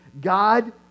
God